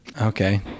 Okay